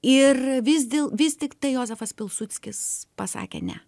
ir vis dėl vis tiktai jozefas pilsudskis pasakė ne